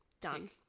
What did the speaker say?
done